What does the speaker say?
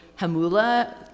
Hamula